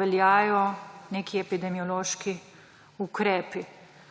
veljajo neki epidemiološki ukrepi.